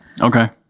okay